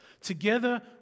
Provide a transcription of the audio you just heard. together